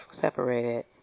separated